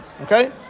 Okay